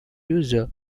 user